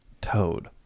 toad